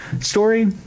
story